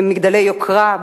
במגדלי יוקרה,